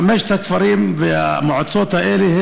חמשת הכפרים והמועצות האלה,